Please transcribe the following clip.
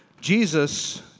Jesus